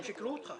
הם שיקרו לך.